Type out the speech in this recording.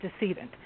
decedent